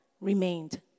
remained